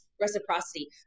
reciprocity